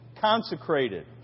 consecrated